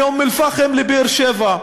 מאום-אלפחם לבאר-שבע,